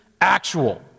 actual